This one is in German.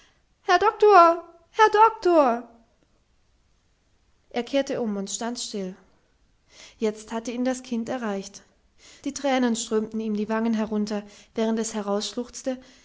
herr doktor herr doktor er kehrte um und stand still jetzt hatte ihn das kind erreicht die tränen strömten ihm die wangen herunter während es